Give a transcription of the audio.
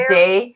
day